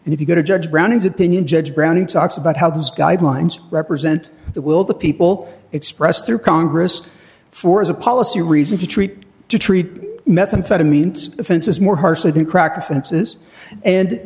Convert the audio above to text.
and if you go to judge brown ins opinion judge brown talks about how those guidelines represent the will of the people expressed through congress for as a policy reason to treat to treat methamphetamine offenses more harshly than crack offenses and